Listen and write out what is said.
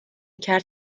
کرد